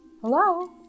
Hello